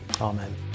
Amen